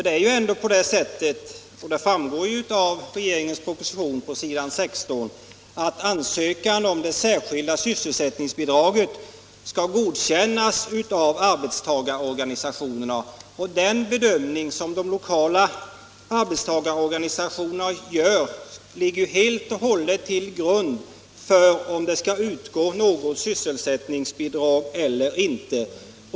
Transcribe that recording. Det är ju, såsom också framgår av regeringens proposition på s. 16, på det sättet att ansökan om det särskilda sysselsättningsbidraget skall godkännas av arbetstagarorganisationerna, och den prövning som de lokala arbetstagarorganisationerna gör ligger helt och hållet till grund för om det skall utgå något sysselsättningsbidrag eller inte.